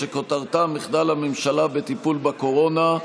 שכותרתה: מחדל הממשלה בטיפול בקורונה.